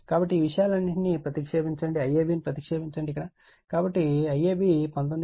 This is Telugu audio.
కాబట్టి ఈ విషయాలన్నింటినీ ప్రతిక్షేపించండి IAB ని ప్రతిక్షేపించండి కాబట్టి IAB 19